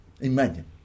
Imagine